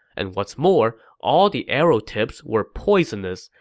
and what's more, all the arrow tips were poisonous,